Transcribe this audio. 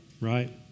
right